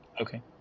Okay